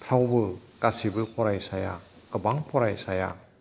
फ्रावबो गासिबो फरायसाया गोबां फरायसाया